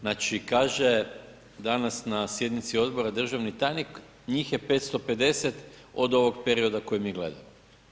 Znači, kaže danas na sjednici odbora državni tajnik, njih je 550 od ovog perioda koji mi gledamo.